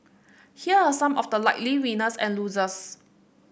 here are some of the likely winners and losers